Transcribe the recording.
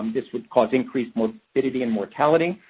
um this would cause increased morbidity and mortality.